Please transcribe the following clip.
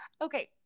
okay